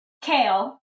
kale